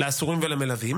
היא ירקה עליו.